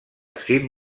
cim